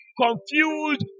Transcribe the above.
confused